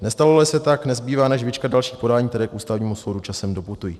Nestaloli se tak, nezbývá než vyčkat dalších podání, které k Ústavnímu soudu časem doputují.